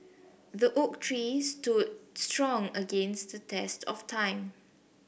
the oak tree stood strong against the test of time